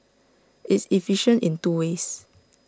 it's efficient in two ways